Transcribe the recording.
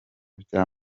bya